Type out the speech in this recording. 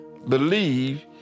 Believe